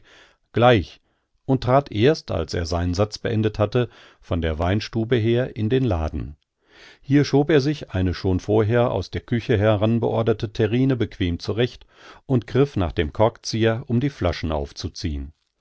gleich und trat erst als er seinen satz beendet hatte von der weinstube her in den laden hier schob er sich eine schon vorher aus der küche heranbeorderte terrine bequem zurecht und griff nach dem korkzieher um die flaschen aufzuziehn